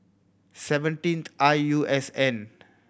seventeenth I U S N